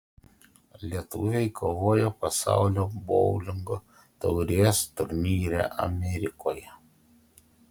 lietuviai kovoja pasaulio boulingo taurės turnyre amerikoje